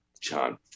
John